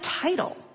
title